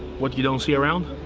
what you don't see around?